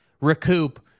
recoup